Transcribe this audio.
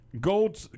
gold